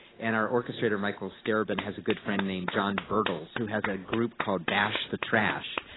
and our orchestrator michael starobin has a good friend named john bertles, who has a group called bash the trash.